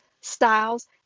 styles